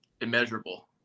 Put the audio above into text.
immeasurable